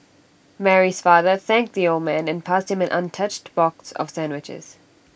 Mary's father thanked the old man and passed him an untouched box of sandwiches